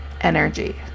energy